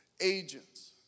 agents